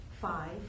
Five